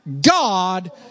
God